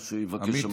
מה שיבקש המציע.